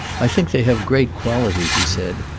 i think they have great qualities, he said.